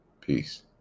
Peace